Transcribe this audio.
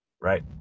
Right